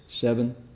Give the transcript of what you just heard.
seven